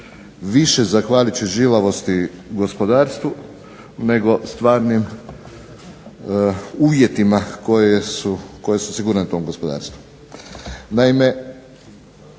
više zahvaljujući žilavosti gospodarstva nego stvarnim uvjetima koje su sigurne tom gospodarstvu.